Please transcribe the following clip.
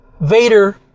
Vader